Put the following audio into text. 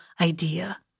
idea